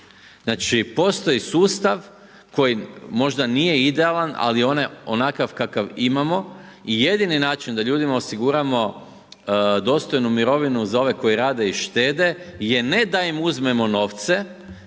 Znači postoji sustav koji možda nije idealan ali onakav kakav imamo i jedini način da ljudima osiguramo dostojnu mirovinu za one koji rade i štede je ne da im uzmemo novce,